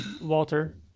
Walter